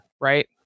Right